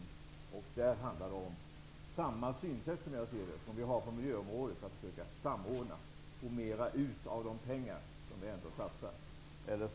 Vi skall där, som jag ser det, ha samma synsätt som vi har på miljöområdet, dvs. att vi skall försöka samordna insatser och få ut mera av de pengar som vi satsar.